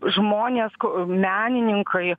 žmonės menininkai